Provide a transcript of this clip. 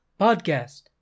podcast